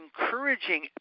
encouraging